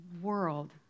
world